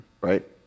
right